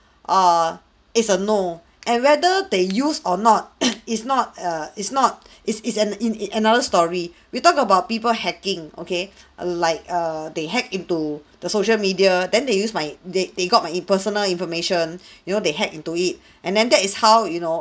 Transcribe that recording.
err it's a no and whether they use or not is not err is not is is an in it another story we talk about people hacking okay like err they hack into the social media then they use my they they got my inf~ personal information you know they hack into it and then that is how you know